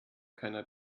keiner